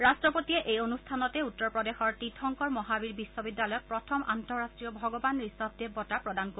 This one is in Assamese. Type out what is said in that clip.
ৰাট্টপতিয়ে এই অনুষ্ঠানতেই উত্তৰ প্ৰদেশৰ তীৰ্থংকৰ মহাবীৰ বিশ্ববিদ্যালয়ক প্ৰথম আন্তঃৰাট্টীয় ভগৱান ঋষভদেৱ বঁটা প্ৰদান কৰিব